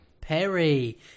perry